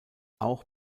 auch